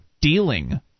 dealing